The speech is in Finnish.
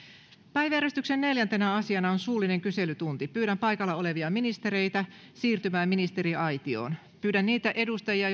päiväjärjestyksen neljäntenä asiana on suullinen kyselytunti pyydän paikalla olevia ministereitä siirtymään ministeriaitioon pyydän niitä edustajia